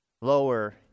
lower